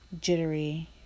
jittery